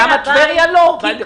למה לטבריה אין?